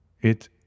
It